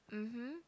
mmhmm